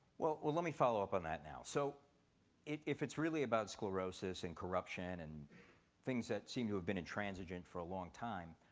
well, let me follow up on that now. so if it's really about sclerosis and corruption and things that seem to have been intransigent for a long time,